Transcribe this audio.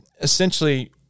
essentially